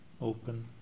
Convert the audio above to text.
open